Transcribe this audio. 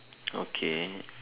okay